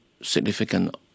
significant